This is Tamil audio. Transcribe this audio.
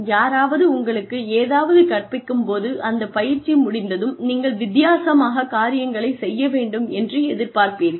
யாராவது உங்களுக்கு ஏதாவது கற்பிக்கும்போது அந்த பயிற்சி முடிந்ததும் நீங்கள் வித்தியாசமாக காரியங்களை செய்ய வேண்டும் என்று எதிர்பார்ப்பீர்கள்